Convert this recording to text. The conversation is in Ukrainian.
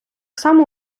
само